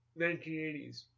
1980s